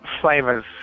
flavors